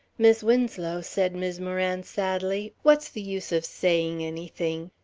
mis' winslow, said mis' moran, sadly, what's the use of saying anything?